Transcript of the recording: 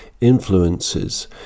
Influences